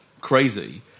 crazy